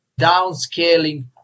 downscaling